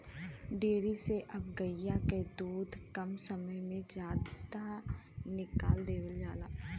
dairy से अब गइया से दूध कम समय में जादा निकाल लेवल जाला